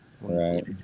right